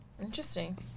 Interesting